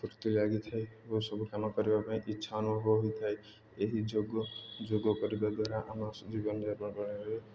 ଫୁର୍ତ୍ତି ଲାଗିଥାଏ ଓ ସବୁ କାମ କରିବା ପାଇଁ ଇଚ୍ଛା ଅନୁଭବ ହୋଇଥାଏ ଏହି ଯୋଗ ଯୋଗ କରିବା ଦ୍ୱାରା ଆମ ଜୀବନ ଯାପନରେ